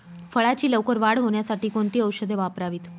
फळाची लवकर वाढ होण्यासाठी कोणती औषधे वापरावीत?